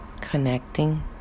connecting